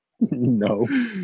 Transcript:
No